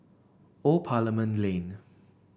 Old Parliament Lane